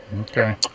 Okay